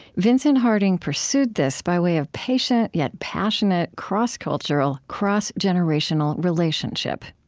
vincent harding pursued this by way of patient yet passionate cross-cultural, cross-generational relationship.